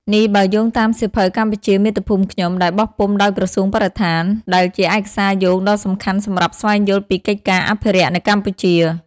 នេះបើយោងតាមសៀវភៅ "កម្ពុជាមាតុភូមិខ្ញុំ" ដែលបោះពុម្ពដោយក្រសួងបរិស្ថាន ដែលជាឯកសារយោងដ៏សំខាន់សម្រាប់ស្វែងយល់ពីកិច្ចការអភិរក្សនៅកម្ពុជា។